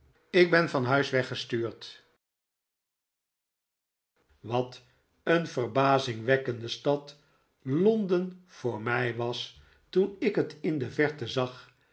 voor mij was toen ik het in de verte zag